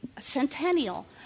centennial